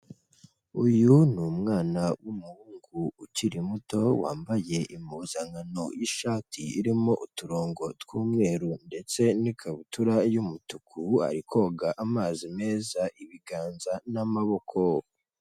Uyu ni umwana w'umuhungu ukiri muto wambaye impuzankano y'ishati irimo uturongo tw'umweru ndetse n'ikabutura y'umutuku, ari koga amazi meza, ibiganza n'amaboko.